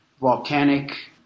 volcanic